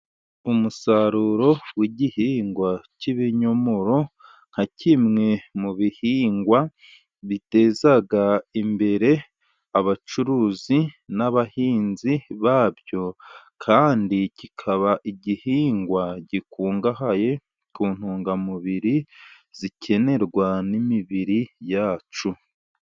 Umusaruro w'igihingwa cy'ibinyomoro nka kimwe mu bihingwa, biteza imbere abacuruzi n' abahinzi babyo, kandi kikaba igihingwa gikungahaye, ku ntungamubiri zikenerwa n'imibiri yacu.